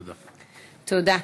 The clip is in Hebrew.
תודה.